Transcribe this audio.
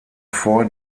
vor